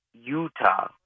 Utah